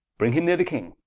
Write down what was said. bring him neere the king,